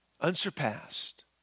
unsurpassed